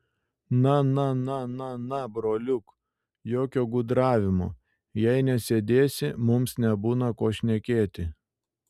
na na na na na broliuk jokio gudravimo jei nesėdėsi mums nebūna ko šnekėti